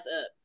up